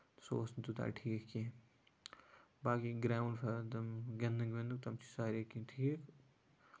سُہ اوس نہٕ تیوٗتاہ ٹھیٖک کیٚنہہ باقٕے گراوُنڈ واوُنڈ تِم گِندُن وِندُن تِم چھِ سارے کیٚنہہ ٹھیٖک